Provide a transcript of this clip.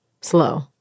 slow